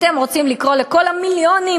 אתם רוצים לקרוא לכל המיליונים,